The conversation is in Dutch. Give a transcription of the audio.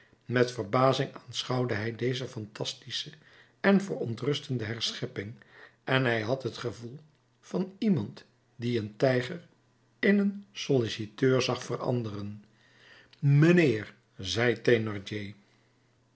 met verbazing aanschouwde hij deze phantastische en verontrustende herschepping en hij had het gevoel van iemand die een tijger in een solliciteur zag veranderen mijnheer